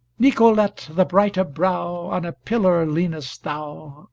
nicolete the bright of brow on a pillar leanest thou,